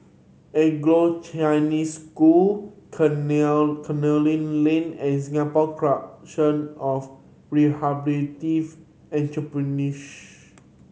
Anglo Chinese School Canning Lane and Singapore Corporation of